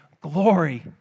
glory